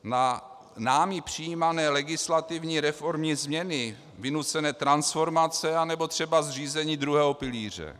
Na námi přijímané legislativní reformní změny, vynucené transformace nebo třeba zřízení druhého pilíře.